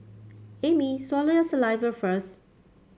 Amy swallow your saliva first